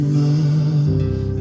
love